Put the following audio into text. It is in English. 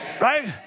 Right